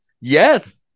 Yes